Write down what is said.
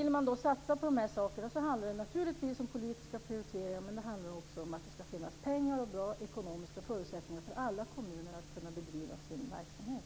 Om man vill satsa på de här sakerna handlar det naturligtvis om politiska prioriteringar. Men det handlar också om att det ska finnas pengar och bra ekonomiska förutsättningar för alla kommuner att bedriva sin verksamhet.